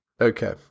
Okay